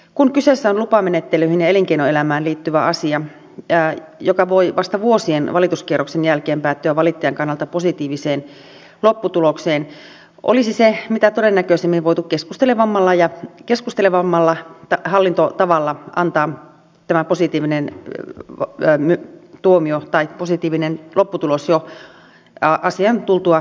kun kyseessä on lupamenettelyihin ja elinkeinoelämään liittyvä asia joka voi vasta vuosien valituskierroksen jälkeen päättyä valittajan kannalta positiiviseen lopputulokseen keskustelevammalla hallintotavalla tämä positiivinen lopputulos olisi mitä todennäköisimmin voitu antaa jo asian tultua vireille